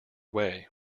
way